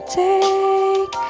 take